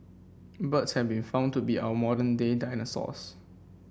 birds have been found to be our modern day dinosaurs